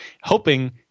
hoping